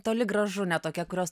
toli gražu ne tokia kurios